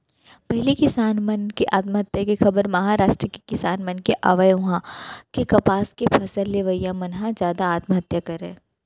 पहिली किसान मन के आत्महत्या के खबर महारास्ट के किसान मन के आवय उहां के कपसा के फसल लेवइया मन ह जादा आत्महत्या करय